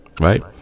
right